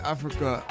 Africa